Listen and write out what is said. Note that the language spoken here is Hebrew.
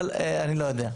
אבל אני לא יודע.